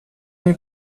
nel